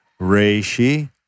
Reishi